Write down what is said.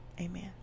Amen